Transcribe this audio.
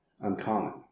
uncommon